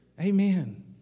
Amen